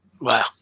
wow